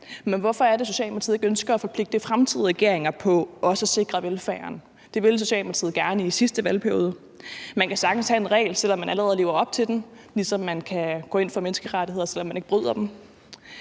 men hvorfor ønsker Socialdemokratiet ikke at forpligte fremtidige regeringer på også at sikre velfærden? Det ville Socialdemokratiet gerne i sidste valgperiode. Man kan sagtens have en regel, selv om man allerede lever op til den, ligesom man kan gå ind for menneskerettigheder, selv om man ikke bryder dem.